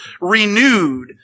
renewed